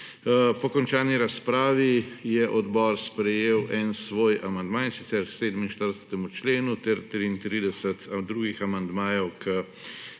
Po končani razpravi je odbor sprejel en svoj amandma, in sicer k 47. členu, ter 33 drugih amandmajev k